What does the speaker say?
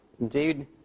Indeed